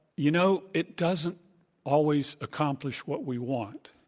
you know, it doesn't always accomplish what we want.